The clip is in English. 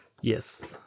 yes